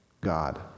God